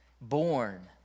born